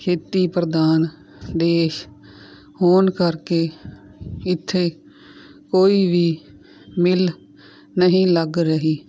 ਖੇਤੀ ਪ੍ਰਧਾਨ ਦੇਸ਼ ਹੋਣ ਕਰਕੇ ਇੱਥੇ ਕੋਈ ਵੀ ਮਿੱਲ ਨਹੀਂ ਲੱਗ ਰਹੀ